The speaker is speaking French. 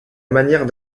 manière